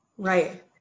Right